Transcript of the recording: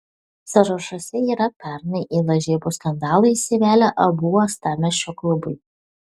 sąrašuose yra pernai į lažybų skandalą įsivėlę abu uostamiesčio klubai